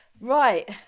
Right